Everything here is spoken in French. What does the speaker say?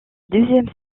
deuxième